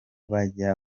bajya